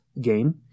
game